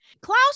Klaus